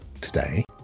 today